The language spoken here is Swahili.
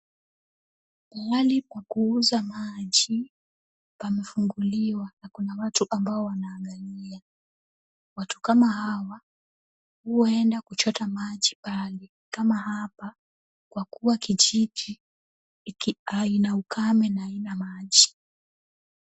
Mahali pa kuuza maji pamefunguliwa na kuna watu ambao wanang'ang'ania. Watu kama hawa huenda kuchota maji mbali kama hapa kwa kuwa kijiji kina ukame na haina maji.